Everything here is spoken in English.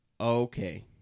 Okay